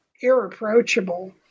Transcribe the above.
irreproachable